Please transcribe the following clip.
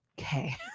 Okay